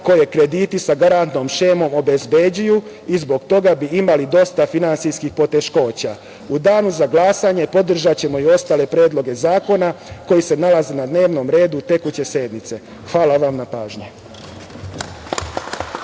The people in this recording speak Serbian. koje krediti sa garantnom šemom obezbeđuju i zbog toga bi imali dosta finansijskih poteškoća.U danu za glasanje podržaćemo i ostale predloge zakona koji se nalaze na dnevnom redu tekuće sednice. Hvala vam na pažnji.